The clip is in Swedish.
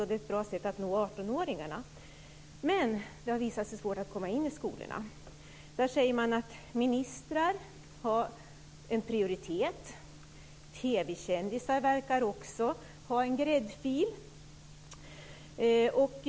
Det är ett bra sätt att nå 18-åringarna, men det har visat sig vara svårt att komma in i skolorna. Där säger man att ministrar prioriteras. TV-kändisar verkar också ha en gräddfil.